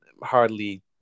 hardly